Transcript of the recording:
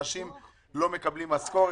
אנשים לא מקבלים משכורת,